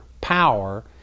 power